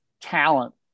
talent